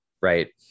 Right